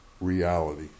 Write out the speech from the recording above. reality